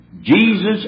Jesus